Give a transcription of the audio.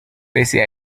pese